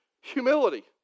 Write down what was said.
humility